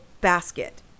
basket